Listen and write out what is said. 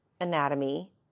anatomy